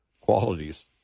qualities